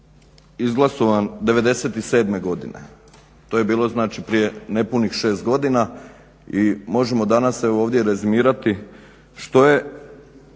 izglasovan '97. godine. To je bilo znači prije nepunih šest godina i možemo danas evo ovdje rezimirati što je